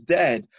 dead